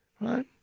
right